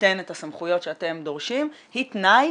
שתיתן את הסמכויות שאתם דורשים היא תנאי